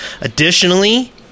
Additionally